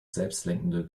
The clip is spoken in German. selbstlenkende